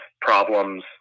problems